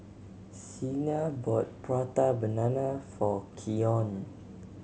Siena bought Prata Banana for Keyon